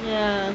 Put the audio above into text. ya